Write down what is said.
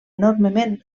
enormement